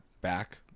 back